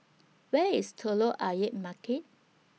Where IS Telok Ayer Market